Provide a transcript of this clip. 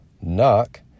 Knock